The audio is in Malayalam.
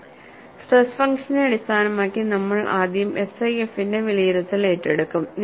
സ്ട്രെസ് ഫംഗ്ഷനെ അടിസ്ഥാനമാക്കി നമ്മൾ ആദ്യം SIF ന്റെ വിലയിരുത്തൽ ഏറ്റെടുക്കും